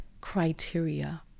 criteria